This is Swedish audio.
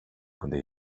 kunde